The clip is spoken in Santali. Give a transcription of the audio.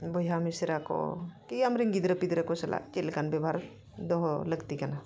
ᱵᱚᱭᱦᱟ ᱢᱤᱥᱨᱟ ᱠᱚ ᱠᱤ ᱟᱢᱨᱮᱱ ᱜᱤᱫᱽᱨᱟᱹ ᱯᱤᱫᱽᱨᱟᱹ ᱠᱚ ᱥᱟᱞᱟᱜ ᱪᱮᱫ ᱞᱮᱠᱟᱱ ᱵᱮᱵᱚᱦᱟᱨ ᱫᱚᱦᱚ ᱞᱟᱹᱠᱛᱤ ᱠᱟᱱᱟ